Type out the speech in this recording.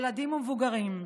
ילדים ומבוגרים.